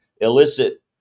illicit